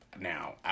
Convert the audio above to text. Now